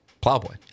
Plowboy